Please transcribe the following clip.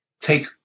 take